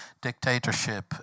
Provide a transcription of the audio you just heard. dictatorship